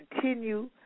continue